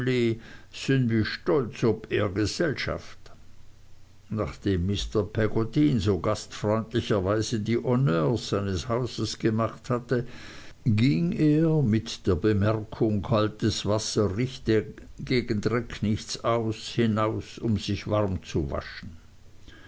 ehr gesellschaft nachdem mr peggotty in so gastfreundlicher weise die honneurs seines hauses gemacht hatte ging er mit der bemerkung kaltes wasser richte gegen dreck nichts aus hinaus um sich warm zu waschen